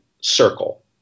circle